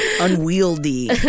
Unwieldy